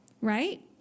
right